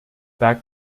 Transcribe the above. back